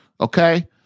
Okay